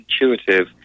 intuitive